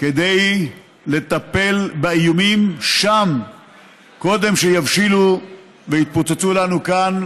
כדי לטפל באיומים שם קודם שיבשילו ויתפוצצו לנו כאן,